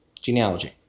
genealogy